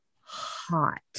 hot